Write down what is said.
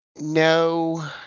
no